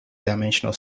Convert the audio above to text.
dimensional